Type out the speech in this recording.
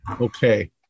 Okay